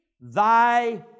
thy